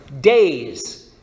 days